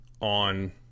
on